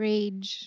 Rage